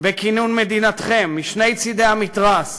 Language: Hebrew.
בכינון מדינתכם משני צדי המתרס,